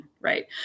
right